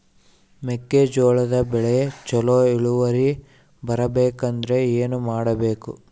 ಮೆಕ್ಕೆಜೋಳದ ಬೆಳೆ ಚೊಲೊ ಇಳುವರಿ ಬರಬೇಕಂದ್ರೆ ಏನು ಮಾಡಬೇಕು?